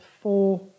four